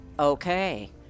Okay